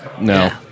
No